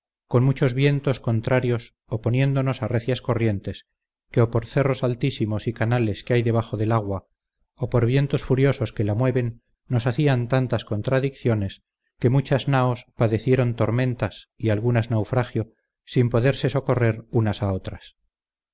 con muchos vientos contrarios oponiéndonos a recias corrientes que o por cerros altísimos y canales que hay debajo del agua o por vientos furiosos que la mueven nos hacían tantas contradicciones que muchas naos padecieron tormentas y algunas naufragio sin poderse socorrer unas a otras